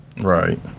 Right